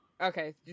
Okay